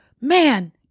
man